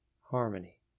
Harmony